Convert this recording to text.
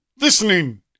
listening